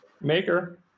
Maker